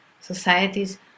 societies